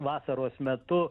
vasaros metu